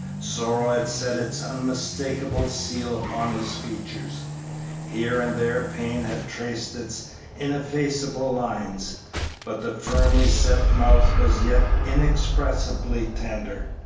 sorrow had set its unmistakable seal upon his features here and there pain had traced its ineffaceable lines but the firmly set mouth was yet inexpressibly tender,